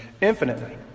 infinitely